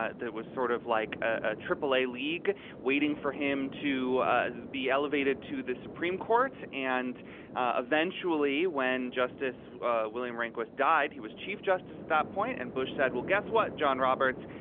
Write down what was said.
ah that was sort of like a triple a league waiting for him to ah be elevated to the supreme court and eventually. when justice william rehnquist died, he was chief justice at that point, and bush said, well, guess what? john roberts,